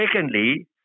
secondly